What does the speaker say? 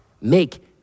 Make